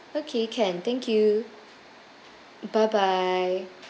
okay can thank you bye bye